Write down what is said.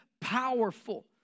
powerful